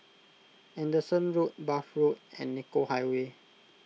Anderson Road Bath Road and Nicoll Highway